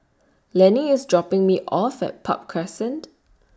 Lanie IS dropping Me off At Park Crescent